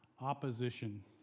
opposition